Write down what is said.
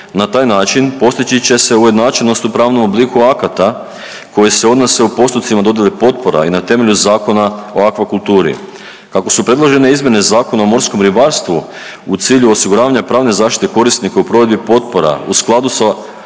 Na taj način postići će se ujednačenost u pravnom obliku akata koji se odnose u postupcima dodjele potpora i na temelju Zakona o akvakulturi. Kako su predložene izmjene Zakona o morskom ribarstvu u cilju osiguravanja pravne zaštite korisnika u provedbi potpora u skladu sa